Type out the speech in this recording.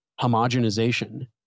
homogenization